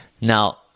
Now